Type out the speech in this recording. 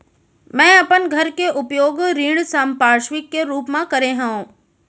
मै अपन घर के उपयोग ऋण संपार्श्विक के रूप मा करे हव